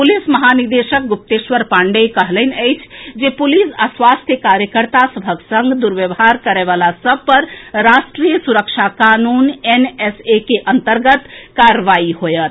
police महानिदेशक गुप्तेश्वर पांडेय कहलनि अछि जे पुलिस आ स्वास्थ्य कार्यकर्ता सभक संग दुर्व्यवहार करएवला सभ पर राष्ट्रीय सुरक्षा कानून एनएसए के अन्तर्गत कार्रवाई होएत